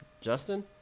justin